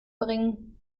bringen